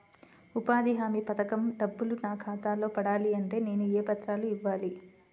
ఉపాధి హామీ పథకం డబ్బులు నా ఖాతాలో పడాలి అంటే నేను ఏ పత్రాలు ఇవ్వాలి?